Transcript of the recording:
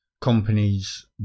companies